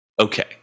Okay